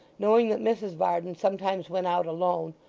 knowing that mrs varden sometimes went out alone,